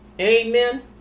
amen